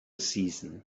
season